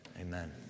amen